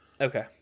Okay